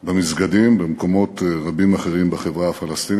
במסגדים, במקומות רבים אחרים בחברה הפלסטינית.